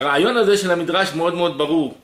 רעיון הזה של המדרש מאוד מאוד ברור